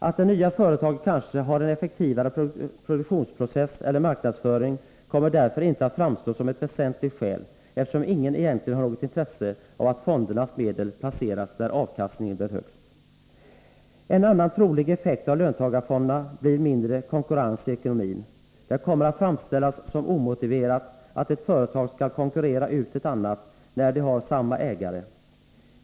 Att det nya företaget kanske har en effektivare produktionsprocess eller marknadsföring kommer därför inte att framstå som ett väsentligt skäl, eftersom ingen egentligen har något intresse av att fondernas medel placeras där avkastningen blir högst. En annan trolig effekt av löntagarfonderna blir mindre konkurrens i 165 ekonomin. Det kommer att framställas som omotiverat att ett företag skall konkurrera ut ett annat, när de har samma ägare.